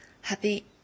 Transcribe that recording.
Happy